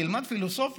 אני אלמד פילוסופיה,